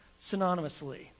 synonymously